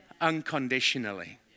unconditionally